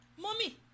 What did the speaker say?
Mommy